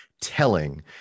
telling